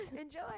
Enjoy